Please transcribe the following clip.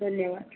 धन्यवाद